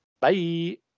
Bye